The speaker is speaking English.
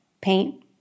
paint